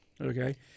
Okay